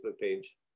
page